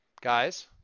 guys